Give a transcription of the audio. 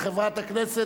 אני לחצתי על הכפתור,